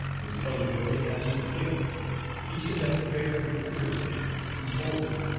this colored boy has his place he should have fair, encouragement to hold it.